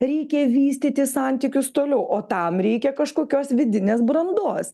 reikia vystyti santykius toliau o tam reikia kažkokios vidinės brandos